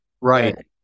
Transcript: right